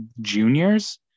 juniors